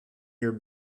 your